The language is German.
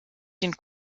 den